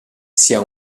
sia